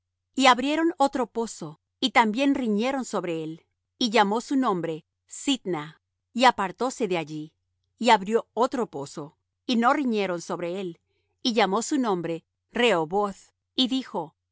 y abrieron otro pozo y también riñeron sobre él y llamó su nombre sitnah y apartóse de allí y abrió otro pozo y no riñeron sobre él y llamó su nombre rehoboth y dijo